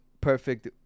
perfect